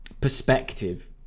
perspective